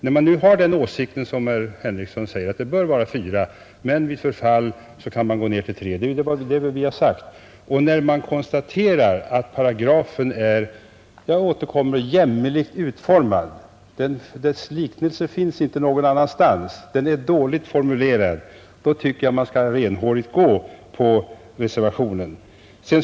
När man nu har den åsikten som herr Henrikson ger uttryck för, att det bör vara fyra nämndemän men att man vid förfall kan gå ned till tre — det är vad vi har krävt — och när man kan konstatera att paragrafen är jämmerligt utformad, dess like finns inte någonstans, då tycker jag att det är renhårigt att rösta på reservationen.